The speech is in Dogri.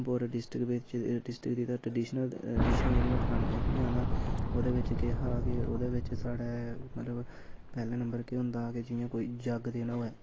उधमपुर डिस्ट्रिक्ट बिच डिस्ट्रिक्ट दी ते जेहड़ा ट्रेडिशनल डिशां जेह्ड़ियां परानियां हियां तां ओह्दे बिच केह् हा कि ओह्दे बिच साढ़े मतलब पैह्ले नंबर केह् होंदा हा जि'यां कोई जग्ग देना होऐ